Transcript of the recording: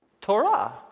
Torah